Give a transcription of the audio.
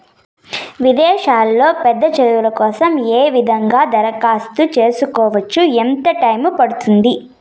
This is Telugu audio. విదేశాల్లో పెద్ద చదువు కోసం ఏ విధంగా దరఖాస్తు సేసుకోవచ్చు? ఎంత టైము పడుతుంది?